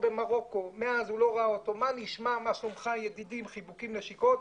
ממרוקו, שלא ראה אותו 40 שנה,